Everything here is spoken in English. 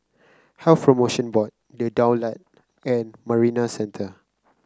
Health Promotion Board The Daulat and Marina Centre